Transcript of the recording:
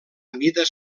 mides